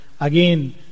again